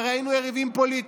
שהרי היינו יריבים פוליטיים,